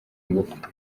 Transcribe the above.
ngufu